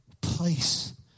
place